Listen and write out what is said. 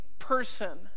person